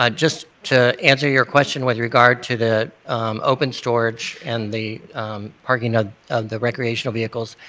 ah just to answer your question with regard to the open storage and the parking ah of the recreational vehicles,